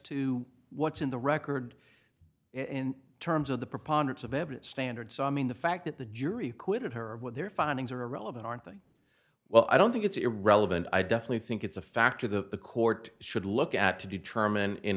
to what's in the record in terms of the preponderance of evidence standard so i mean the fact that the jury acquitted her of what their findings are irrelevant aren't going well i don't think it's irrelevant i definitely think it's a factor the the court should look at to determine in